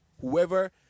whoever